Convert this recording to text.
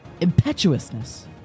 impetuousness